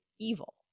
evil